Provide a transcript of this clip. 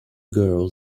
girl